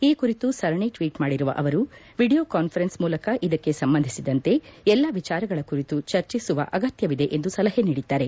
ಈ ಕುರಿತು ಸರಣಿ ಟ್ಲೀಟ್ ಮಾಡಿರುವ ಅವರು ವಿಡಿಯೊ ಕಾನ್ಸರೆನ್ಸ್ ಮೂಲಕ ಇದಕ್ಕೆ ಸಂಬಂದಿಸಿದಂತೆ ಎಲ್ಲ ವಿಚಾರಗಳ ಕುರಿತು ಚರ್ಚೆಸುವ ಅಗತ್ಯವಿದೆ ಎಂದು ಸಲಹೆ ನೀಡಿದ್ದಾರೆ